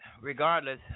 regardless